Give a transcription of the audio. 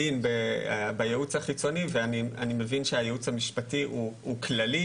בייעוץ החיצוני ואני מבין שהייעוץ המשפטי הוא כללי,